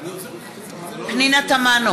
פנינה תמנו,